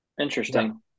Interesting